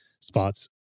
spots